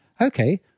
Okay